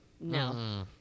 No